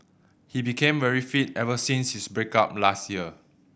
he became very fit ever since his break up last year